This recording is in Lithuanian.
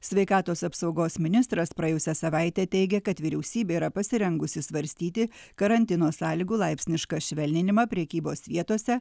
sveikatos apsaugos ministras praėjusią savaitę teigė kad vyriausybė yra pasirengusi svarstyti karantino sąlygų laipsnišką švelninimą prekybos vietose